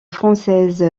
française